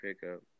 pickup